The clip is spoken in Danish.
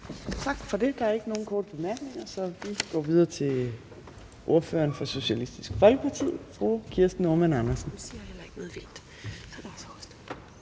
Tak for det. Der er ikke nogen korte bemærkninger, så vi går videre til ordføreren for Socialistisk Folkeparti, fru Kirsten Normann Andersen.